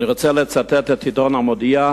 אני רוצה לצטט את עיתון "המודיע",